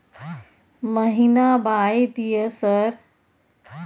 महीना बाय दिय सर?